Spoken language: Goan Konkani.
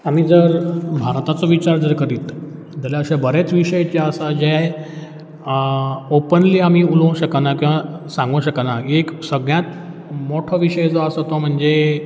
आमी जर भारताचो विचार जर करीत जाल्यार अशें बरेंच विशय जे आसा जे ओपनली आमी उलोवंक शकाना किंवा सांगूंक शकाना एक सगळ्यात मोठो विशय जो आसा तो म्हणजे